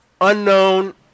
unknown